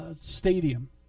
stadium